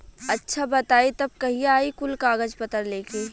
अच्छा बताई तब कहिया आई कुल कागज पतर लेके?